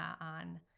on